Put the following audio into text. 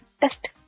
Test